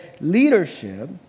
leadership